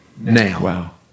now